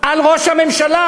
על ראש הממשלה.